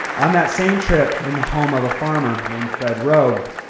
on that same trip, in the home of a farmer named fred rowe,